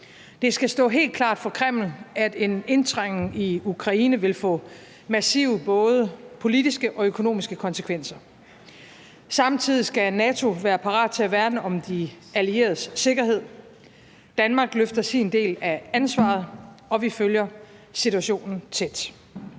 Det skal stå helt klart for Kreml, at en indtrængning i Ukraine vil få massive både politiske og økonomiske konsekvenser. Samtidig skal NATO være parat til at værne om de allieredes sikkerhed. Danmark løfter sin del af ansvaret, og vi følger situationen tæt.